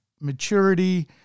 maturity